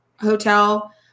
hotel